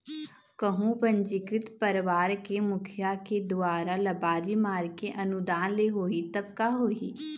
कहूँ पंजीकृत परवार के मुखिया के दुवारा लबारी मार के अनुदान ले होही तब का होही?